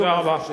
תודה רבה.